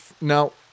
Now